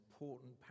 important